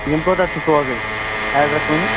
یِم کوٚتتھ چھِ سوزٕنۍ ایٚڈرس ؤنِو